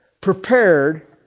prepared